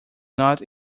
not